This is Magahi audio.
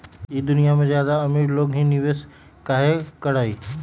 ई दुनिया में ज्यादा अमीर लोग ही निवेस काहे करई?